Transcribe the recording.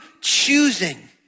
choosing